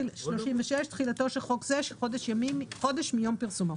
36.תחילה תחילתו של חוק זה חודש מיום פרסומו.